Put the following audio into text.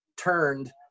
turned